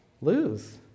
lose